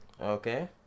Okay